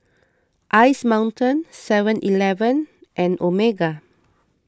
Ice Mountain Seven Eleven and Omega